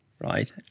right